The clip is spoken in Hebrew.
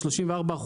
ה-34%,